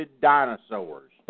dinosaurs